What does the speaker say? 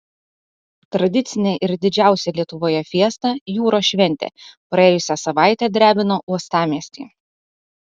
tradicinė ir didžiausia lietuvoje fiesta jūros šventė praėjusią savaitę drebino uostamiestį